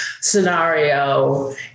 scenario